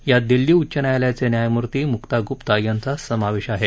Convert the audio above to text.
यात दिल्ली उच्च न्यायालयाचे न्यायमूर्ती मुक्ता गुप्ता यांचा समावेश आहे